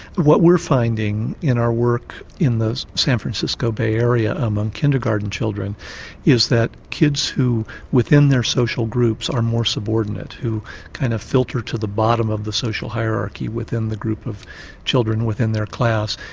what we're finding in our work in the san francisco bay area among kindergarten children is that kids who within their social groups are more subordinate, who kind of filter to the bottom of the social hierarchy within the group of children within their class,